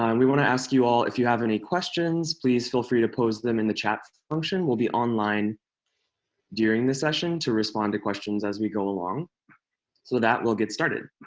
um we want to ask you all if you have any questions please feel free to pose them in the chat function. we'll be online during the session to respond to questions as we go along. so with that, we'll get started.